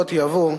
לרבות ייבוא,